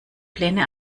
pläne